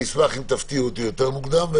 אני אשמח אם תפתיעו אותי מוקדם יותר.